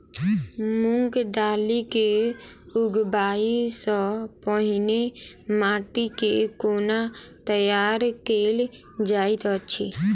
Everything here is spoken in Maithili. मूंग दालि केँ उगबाई सँ पहिने माटि केँ कोना तैयार कैल जाइत अछि?